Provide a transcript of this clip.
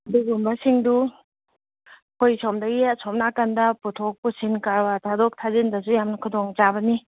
ꯑꯗꯨꯒꯨꯝꯕꯁꯤꯡꯗꯨ ꯑꯩꯈꯣꯏ ꯁꯣꯝꯗꯒꯤ ꯑꯁꯣꯝꯅ ꯅꯥꯀꯟꯗ ꯄꯨꯊꯣꯛ ꯄꯨꯁꯤꯟ ꯀꯔꯕꯥꯔ ꯊꯥꯗꯣꯛ ꯊꯥꯖꯤꯟꯗꯁꯨ ꯌꯥꯝꯅ ꯈꯨꯗꯣꯡ ꯆꯥꯕꯅꯤ